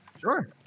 sure